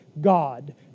God